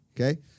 Okay